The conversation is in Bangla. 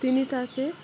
তিনি তাকে